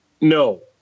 No